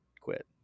quit